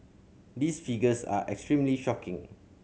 these figures are extremely shocking